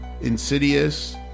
Insidious